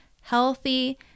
healthy